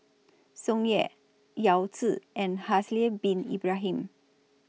Tsung Yeh Yao Zi and Haslir Bin Ibrahim